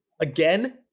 Again